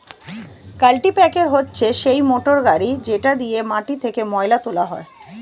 কাল্টিপ্যাকের হচ্ছে সেই মোটর গাড়ি যেটা দিয়ে মাটি থেকে ময়লা তোলা হয়